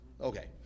okay